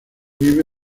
vive